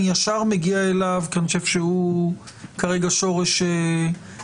אני ישר מגיע אליו כי אני חושב שהוא כרגע שורש העניין.